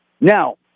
now